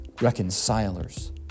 reconcilers